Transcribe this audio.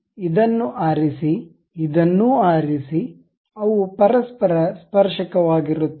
ಇದನ್ನು ಆರಿಸಿ ಇದನ್ನೂ ಆರಿಸಿ ಅವು ಪರಸ್ಪರ ಸ್ಪರ್ಶಕವಾಗಿರುತ್ತವೆ